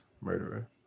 murderer